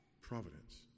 Providence